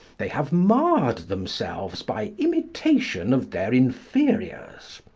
they have marred themselves by imitation of their inferiors.